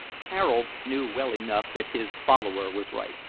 harold knew well enough that his follower was right.